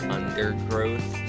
undergrowth